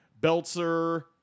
Belzer